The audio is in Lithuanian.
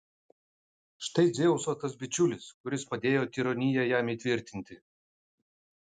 štai dzeuso tas bičiulis kuris padėjo tironiją jam įtvirtinti